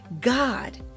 God